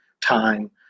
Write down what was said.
time